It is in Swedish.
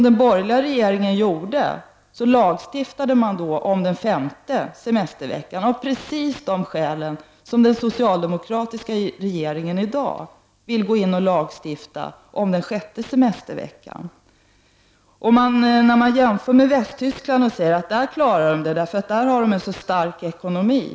Den borgerliga regeringen lagstiftade ju om den femte semesterveckan av precis samma skäl som den socialdemokratiska regeringen i dag vill lagstifta om en sjätte semestervecka. Anders G Högmark säger att man klarar av att ge människor i Västtyskland en sjätte semestervecka, därför att man där har en så stark ekonomi.